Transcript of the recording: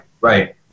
right